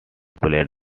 played